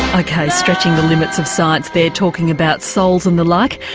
ah okay stretching the limits of science there talking about souls and the like.